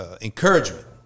encouragement